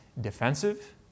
defensive